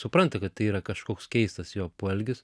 supranta kad tai yra kažkoks keistas jo poelgis